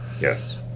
Yes